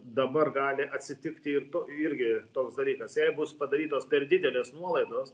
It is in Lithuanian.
dabar gali atsitikti irgi toks dalykas jei bus padarytos per didelės nuolaidos